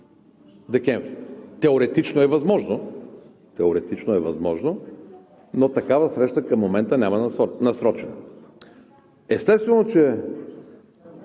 декември. Теоретично е възможно, теоретично е възможно, но такава среща към момента няма насрочена. Естествено, че